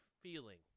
feeling